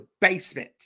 basement